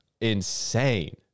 insane